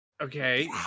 Okay